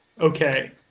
Okay